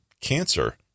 cancer